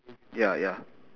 ya ya